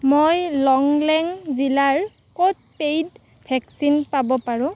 মই লংলেং জিলাৰ ক'ত পেইড ভেকচিন পাব পাৰোঁ